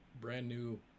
brand-new